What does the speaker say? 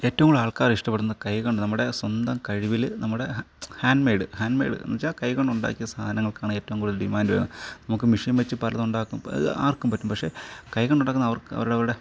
ഏറ്റവും കൂടുതല് ആൾക്കാര് ഇഷ്ടപ്പെടുന്ന കൈകൊണ്ട് നമ്മുടെ സ്വന്തം കഴിവില് നമ്മുടെ ഹാൻഡ് മെയ്ഡ് ഹാൻഡ് മെയ്ഡ് എന്നുവെച്ചാൽ കൈകൊണ്ട് ഉണ്ടാക്കിയ സാധനകൾക്കാണ് ഏറ്റവും കൂടുതൽ ഡിമാൻഡു വരുന്നത് നമുക്ക് മെഷീൻ വെച്ച് പലതും ഉണ്ടാക്കും അത് ആർക്കും പറ്റും പഷേ കൈ കൊണ്ട് ഉണ്ടാക്കുന്നത് അവർ അവരവരുടെ